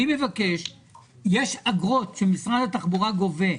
יש אגרות שמשרד התחבורה גובה.